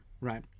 right